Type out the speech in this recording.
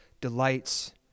delights